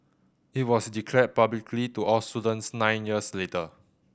it was declared publicly to all students nine years later